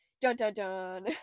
Dun-dun-dun